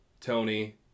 Tony